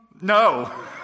No